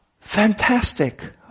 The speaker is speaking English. Fantastic